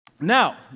Now